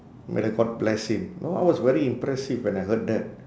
may the god bless him know I was very impressive when I heard that